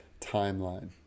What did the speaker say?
timeline